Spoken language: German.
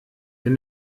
wenn